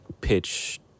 pitch